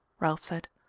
ralph said.